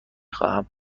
خواهم